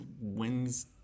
wins